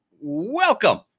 welcome